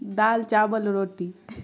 دال چاول روٹی